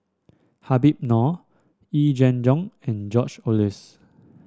Habib Noh Yee Jenn Jong and George Oehlers